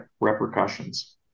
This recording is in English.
repercussions